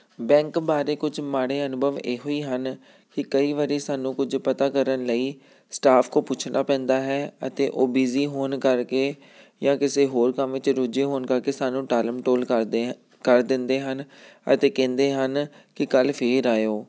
bank ਬਾਰੇ ਕੁਝ ਮਾੜੇ ਅਨੁਭਵ ਇਹੋ ਹੀ ਹਨ ਕਿ ਕਈ ਵਾਰੀ ਸਾਨੂੰ ਕੁਝ ਪਤਾ ਕਰਨ ਲਈ ਸਟਾਫ ਕੋਲ ਪੁੱਛਣਾ ਪੈਂਦਾ ਹੈ ਅਤੇ ਉਹ ਬਿਜ਼ੀ ਹੋਣ ਕਰਕੇ ਜਾਂ ਕਿਸੇ ਹੋਰ ਕੰਮ 'ਚ ਰੁੱਝੇ ਹੋਣ ਕਰਕੇ ਸਾਨੂੰ ਟਾਲਮਟੋਲ ਕਰਦੇ ਕਰ ਦਿੰਦੇ ਹਨ ਅਤੇ ਕਹਿੰਦੇ ਹਨ ਕਿ ਕੱਲ੍ਹ ਫੇਰ ਆਇਓ